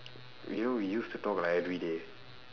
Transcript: you know we used to talk like everyday